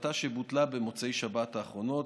החלטה שבוטלה במוצאי שבת האחרונה,